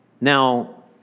Now